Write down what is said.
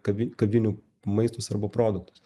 kavi kavinių maistus arba produktus